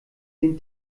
den